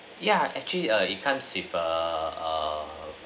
ya actually err it comes with err err